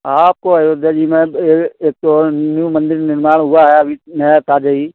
आपको अयोध्या जी में एक तो न्यू मंदिर निर्माण हुआ है अभी नया ताज़ा ही